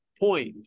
point